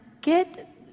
get